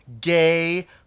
gay